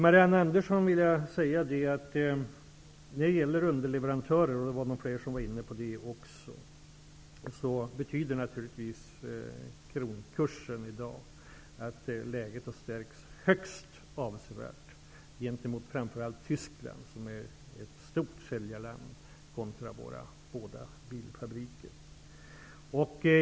Marianne Andersson, och även någon annan av talarna, tog upp underleverantörerna. Jag vill till dem säga att kronkursen i dag betyder att läget har stärkts högst avsevärt gentemot framför allt Tyskland, som är ett stort säljarland kontra våra båda bilfabriker.